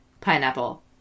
pineapple